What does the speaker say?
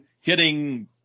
hitting